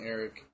Eric